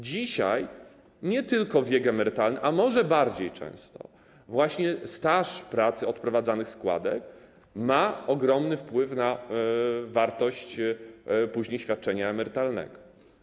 Dzisiaj nie tylko wiek emerytalny, a może bardziej często właśnie staż pracy i odprowadzane składki mają ogromny wpływ na wartość późniejszego świadczenia emerytalnego.